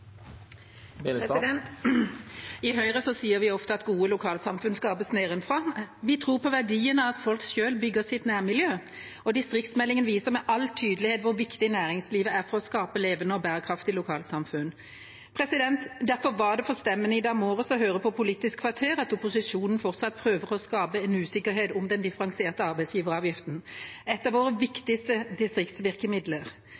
I Høyre sier vi ofte at gode lokalsamfunn skapes nedenfra. Vi tror på verdien av at folk selv bygger sitt nærmiljø, og distriktsmeldingen viser med all tydelighet hvor viktig næringslivet er for å skape levende og bærekraftige lokalsamfunn. Derfor var det forstemmende i dag morges å høre på Politisk kvarter at opposisjonen fortsatt prøver å skape usikkerhet om den differensierte arbeidsgiveravgiften – et av våre